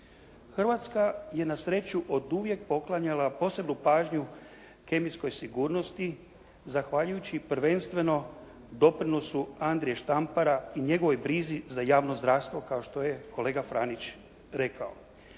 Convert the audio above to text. Hrvatska je na sreću oduvijek poklanjala posebnu pažnju kemijskoj sigurnosti zahvaljujući prvenstveno doprinosu Andrije Štampara i njegovoj brizi za javno zdravstvo kao što je kolega Franić rekao.